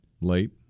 late